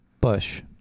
Bush